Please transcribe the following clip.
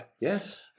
Yes